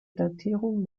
datierung